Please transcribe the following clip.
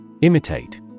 Imitate